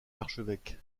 l’archevêque